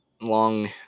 long